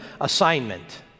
assignment